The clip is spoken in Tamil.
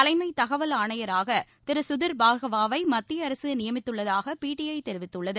தலைமை தகவல் ஆணையராக திரு கதிர் பார்கவாவை மத்திய அரசு நியமித்துள்ளதாக பிடிஐ தெரிவித்கள்ளது